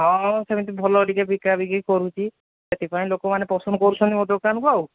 ହଁ ହଁ ସେମିତି ଭଲ ଟିକେ ବିକାବିକି କରୁଛି ସେଥିପାଇଁ ଲୋକ ମାନେ ପସନ୍ଦ କରୁଛନ୍ତି ମୋ ଦୋକାନକୁ ଆଉ